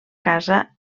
casa